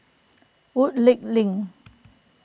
Woodleigh Link